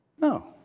No